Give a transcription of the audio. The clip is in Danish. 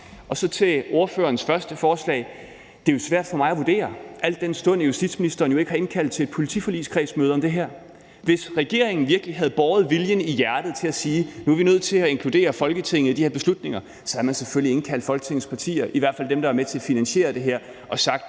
sagde, vil jeg sige, at det er svært for mig at vurdere, al den stund justitsministeren jo ikke har indkaldt til et politiforligsmøde om det her. Hvis regeringen virkelig havde båret viljen i hjertet til at sige, at de var nødt til at inkludere Folketinget i de her beslutninger, så havde man selvfølgelig indkaldt Folketingets partier, i hvert fald dem, der er med til at finansiere det her, og sagt: